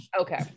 Okay